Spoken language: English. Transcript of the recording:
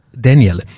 Daniel